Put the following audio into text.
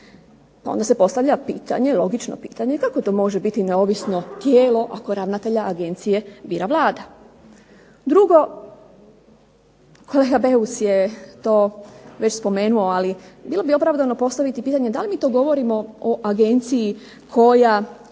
Onda se postavlja pitanje, logično pitanje kako to može biti neovisno tijelo ako ravnatelja agencije bira Vlada. Drugo, kolega Beus je to već spomenuo, ali bilo bi opravdano postaviti pitanje da li mi to govorimo o agenciji koja